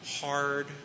hard